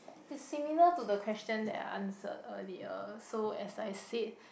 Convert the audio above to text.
is similar to the question that I answered earlier so as I said